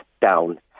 down